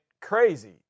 crazy